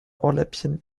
ohrläppchen